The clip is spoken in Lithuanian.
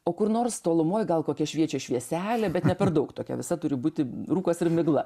o kur nors tolumoj gal kokia šviečia švieselė bet ne per daug tokia visa turi būti rūkas ir migla